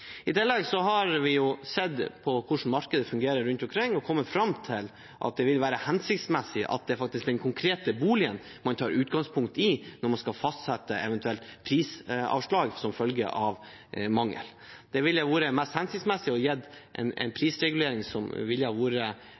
I tillegg har vi sett på hvordan markedet fungerer rundt omkring, og vi har kommet fram til at det ville være hensiktsmessig at det faktisk er den konkrete boligen man tar utgangspunkt i når man skal fastsette eventuelt prisavslag som følge av mangel. Det ville ha vært mest hensiktsmessig å gi et prisavslag som